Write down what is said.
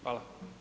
Hvala.